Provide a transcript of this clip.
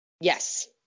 Yes